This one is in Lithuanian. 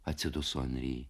atsiduso anry